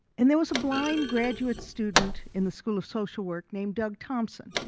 and there was a blind graduate student in the school of social work named doug thompson.